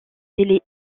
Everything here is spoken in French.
délais